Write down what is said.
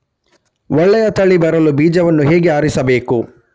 ಒಳ್ಳೆಯ ತಳಿ ಬರಲು ಬೀಜವನ್ನು ಹೇಗೆ ಆರಿಸಬೇಕು?